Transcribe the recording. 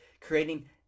creating